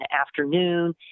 afternoon